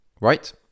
Right